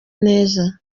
neza